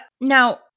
now